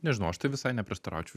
nežinau aš tai visai neprieštaraučiau